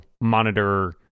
monitor